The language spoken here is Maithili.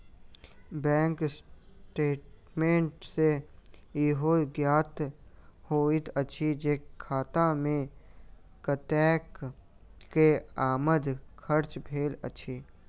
बैंक स्टेटमेंट सॅ ईहो ज्ञात होइत अछि जे खाता मे कतेक के आमद खर्च भेल अछि